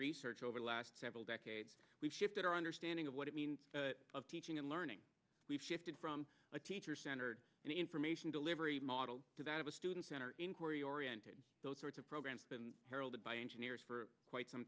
research over the last several decades we've shifted our understanding of what it means of teaching and learning we've shifted from a teacher centered information delivery model to that of a student center inquiry oriented those sorts of programs been heralded by engineers for quite some